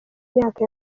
myaka